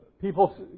people